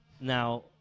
Now